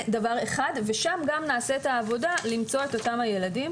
שם גם נעשית העבודה למצוא את אותם הילדים